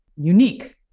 unique